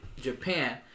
Japan